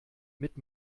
mit